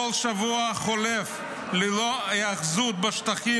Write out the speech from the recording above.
כל שבוע החולף ללא היאחזות בשטחים